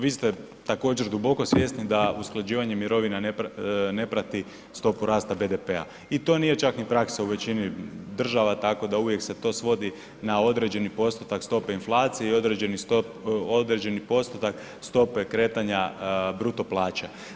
Vi ste također duboko svjesni da usklađivanje mirovina ne prati stopu rasta BDP-a i to nije čak ni praksa u većini država tako da uvijek se to svodi na određeni postotak stope inflacije i određeni postotak stope kretanja bruto plaća.